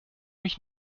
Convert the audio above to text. mich